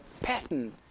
pattern